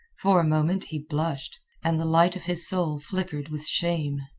for a moment he blushed, and the light of his soul flickered with shame.